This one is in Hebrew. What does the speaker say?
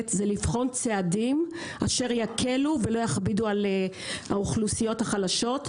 זה לבחון צעדים אשר יקלו ולא יכבידו על האוכלוסיות החלשות,